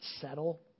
settle